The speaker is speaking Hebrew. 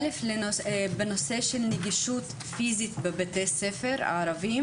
נושא אחד הוא נגישות פיזית בבתי ספר ערביים